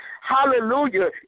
Hallelujah